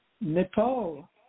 Nepal